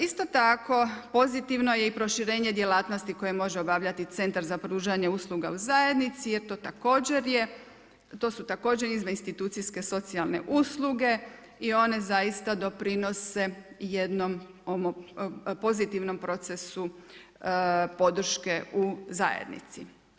Isto tako pozitivno je i proširenje djelatnosti koje može obavljati centar za pružanje usluga u zajednici, jer to također je, to su također izvan institucijske socijalne usluge i one zaista doprinose jednom pozitivnom procesu podrške u zajednici.